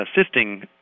assisting